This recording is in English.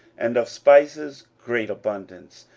and of spices great abundance,